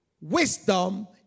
wisdom